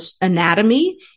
anatomy